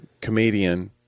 comedian